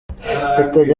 mfitanye